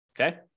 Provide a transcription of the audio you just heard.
Okay